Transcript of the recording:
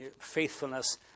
Faithfulness